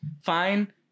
fine